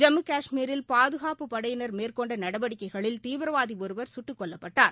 ஜம்மு கஷ்மீரில் பாதுகாப்புப் படையினர் மேற்கொண்டநடவடிக்கைகளில் தீவிரவாதிஒருவர் சுட்டுக் கொல்லப்பட்டார்